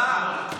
הצעה,